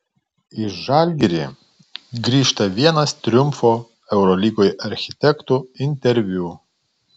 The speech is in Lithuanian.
į žalgirį grįžta vienas triumfo eurolygoje architektų interviu